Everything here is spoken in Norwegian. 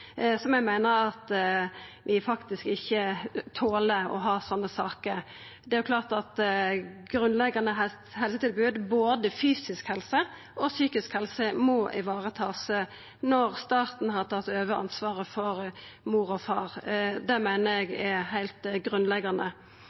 meiner vi faktisk ikkje toler å ha sånne saker. Det er klart ein må vareta eit grunnleggjande helsetilbod – for både fysisk helse og psykisk helse – når staten har tatt over ansvaret for mor og far. Det meiner eg er heilt grunnleggjande.